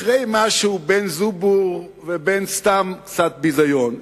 אחרי משהו בין זובור לבין סתם קצת ביזיון,